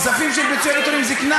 כספים של פיצויי פיטורים, זיקנה.